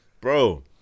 Bro